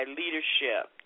leadership